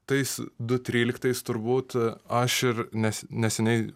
tais du tryliktais turbūt aš ir nes neseniai